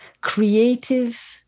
creative